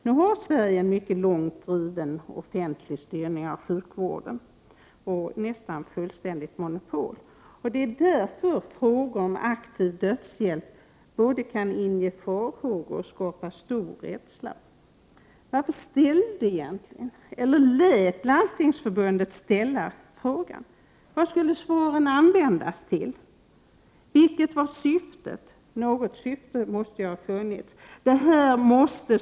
Nu har Sverige en mycket långt driven offentlig styrning av sjukvården, nästan fullständigt monopol. Det är därför frågor om aktiv dödshjälp kan både inge farhågor och skapa stor rädsla. Varför, lät Landstingsförbundet egentligen ställa frågan? Vad skulle svaret användas till? Vilket var syftet? Något syfte måste ju ha funnits.